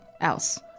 else